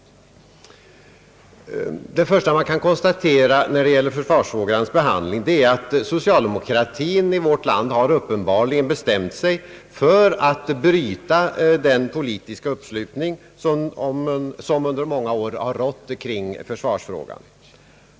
Först och främst kan konstateras när det gäller försvarsfrågans behandling, att socialdemokratin i vårt land uppenbarligen bestämt sig för att bryta den politiska uppslutning som under många år har rått kring försvarsfrågan.